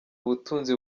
ubutunzi